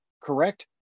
correct